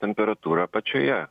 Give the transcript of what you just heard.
temperatūra apačioje